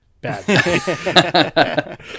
Bad